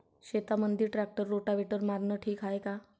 शेतामंदी tractor rotavator मारनं ठीक हाये का?